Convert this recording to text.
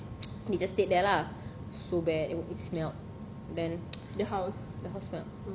they just stayed there lah so bad in everything smelt then the house smelt